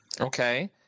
Okay